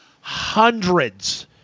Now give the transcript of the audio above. hundreds